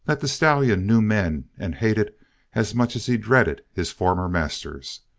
that the stallion knew man and hated as much as he dreaded his former masters.